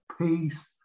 peace